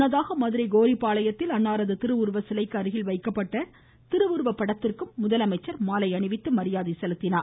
முன்னதாக மதுரை கோரிப்பாளையத்தில் அன்னாரது திருவுருவச்சிலைக்கு அருகில் வைக்கப்பட்டுள்ள திருவுருப்படத்திற்கும் முதலமைச்சர் மாலை அணிவித்தார்